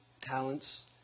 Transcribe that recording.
talents